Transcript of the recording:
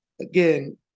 again